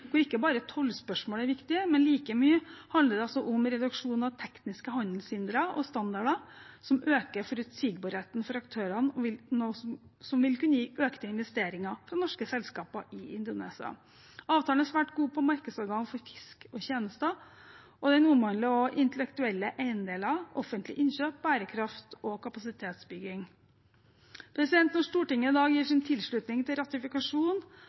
hvor ikke bare tollspørsmål er viktig, men hvor det like mye handler om reduksjon av tekniske handelshindre og standarder, som øker forutsigbarheten for aktørene, noe som vil kunne gi økte investeringer fra norske selskaper i Indonesia. Avtalen er svært god på markedsadgang for fisk og tjenester, og den omhandler også intellektuelle eiendeler, offentlige innkjøp, bærekraft og kapasitetsbygging. Når Stortinget i dag gir sin tilslutning til